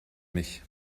mich